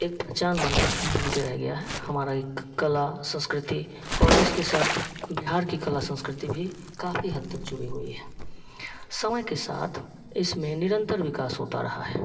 एक पहचान बन बन के रह गया है हमारा एक कला संस्कृति और इसके साथ बिहार की कला संस्कृति भी काफी हद तक जुड़ी हुई है समय के साथ इसमें निरंतर विकास होता रहा है